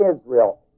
Israel